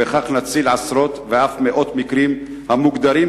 ובכך נציל עשרות ואף מאות מקרים המוגדרים